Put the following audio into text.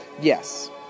Yes